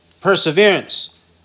perseverance